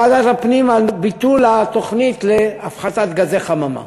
היה היום דיון בוועדת הפנים על ביטול התוכנית להפחתת פליטות גזי חממה.